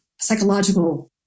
psychological